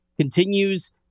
continues